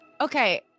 Okay